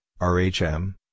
RHM